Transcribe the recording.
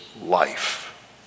life